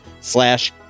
slash